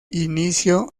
inicio